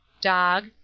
dog